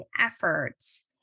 efforts